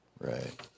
Right